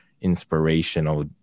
inspirational